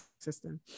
system